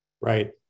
Right